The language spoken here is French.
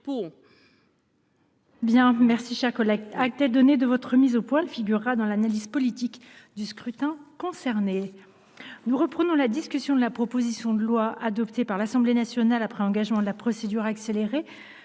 ma chère collègue. Elle figurera dans l’analyse politique du scrutin concerné. Nous reprenons la discussion de la proposition de loi, adoptée par l’Assemblée nationale après engagement de la procédure accélérée,